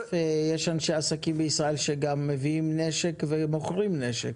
בסוף יש אנשי עסקים בישראל שגם מביאים נשק ומוכרים נשק.